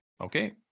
Okay